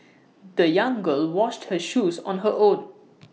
the young girl washed her shoes on her own